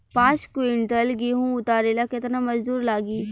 पांच किविंटल गेहूं उतारे ला केतना मजदूर लागी?